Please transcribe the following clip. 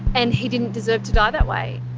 and he didn't deserve to die that way.